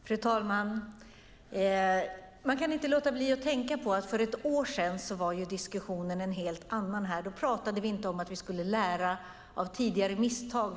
Fru talman! Man kan inte låta bli att tänka på att diskussionen för ett år sedan var en helt annan. Då talade vi inte om att lära av tidigare misstag.